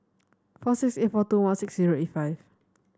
four six eight four two one six zero eight five